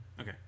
Okay